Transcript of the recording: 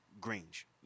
Grange